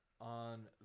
on